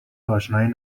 آشنایی